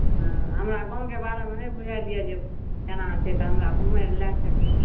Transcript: हँ हमरा गाँवके बारेमे बै बुझल यऽ जे केना छै तऽ हमरा घूमय लऽ लै चलियौ